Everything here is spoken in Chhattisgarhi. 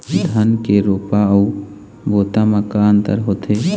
धन के रोपा अऊ बोता म का अंतर होथे?